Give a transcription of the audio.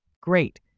Great